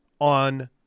on